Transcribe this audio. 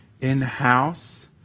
in-house